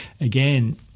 Again